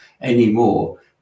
anymore